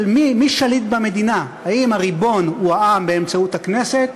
מי שליט במדינה: האם הריבון הוא העם באמצעות הכנסת,